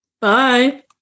Bye